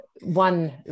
one